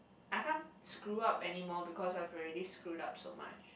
I can't screw up anymore because I've already screwed up so much